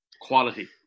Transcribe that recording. quality